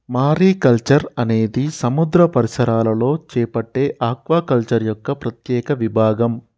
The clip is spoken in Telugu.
మారికల్చర్ అనేది సముద్ర పరిసరాలలో చేపట్టే ఆక్వాకల్చర్ యొక్క ప్రత్యేక విభాగం